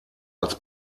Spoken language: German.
als